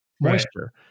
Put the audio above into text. moisture